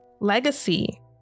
Legacy